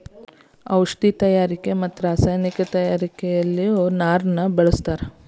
ಔಷದಿ ತಯಾರಿಕೆ ರಸಾಯನಿಕ ತಯಾರಿಕೆಯಲ್ಲಿಯು ನಾರನ್ನ ಬಳಸ್ತಾರ